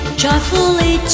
joyfully